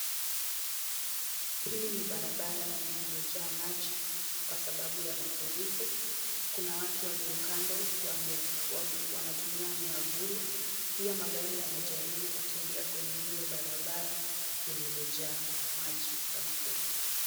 Hili ni barabara lililojaa maji kwa sababu ya mafuriko. Kuna watu walio kando wanatumia miavuli. Pia magari yanajaribu kutembea kwenye hilo barabara lililojaa maji ya mafuriko.